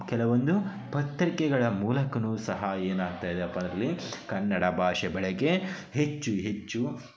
ಕೆಲವೊಂದು ಪತ್ರಿಕೆಗಳ ಮೂಲಕನೂ ಸಹ ಏನಾಗ್ತಾ ಇದೆಯಪ್ಪಾ ಅದರಲ್ಲಿ ಕನ್ನಡ ಭಾಷೆ ಬಳಕೆ ಹೆಚ್ಚು ಹೆಚ್ಚು